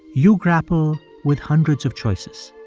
you grapple with hundreds of choices.